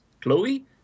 Chloe